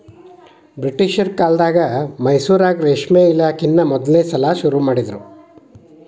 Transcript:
ಬ್ರಿಟಿಷರ ಕಾಲ್ದಗ ಮೈಸೂರಾಗ ರೇಷ್ಮೆ ಇಲಾಖೆನಾ ಮೊದಲ್ನೇ ಸಲಾ ಶುರು ಮಾಡಿದ್ರು